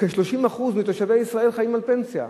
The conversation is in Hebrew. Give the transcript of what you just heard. או כ-30% מתושבי ישראל, חיים על פנסיה.